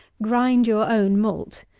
grind your own malt,